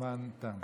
הזמן תם.